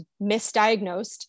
Misdiagnosed